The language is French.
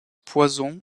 poison